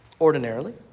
ordinarily